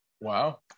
Wow